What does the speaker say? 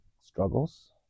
struggles